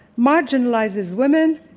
marginalizes women,